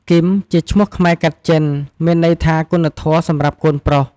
គីមជាឈ្មោះខ្មែរកាត់ចិន មានន័យថាគុណធម៌សម្រាប់កូនប្រុស។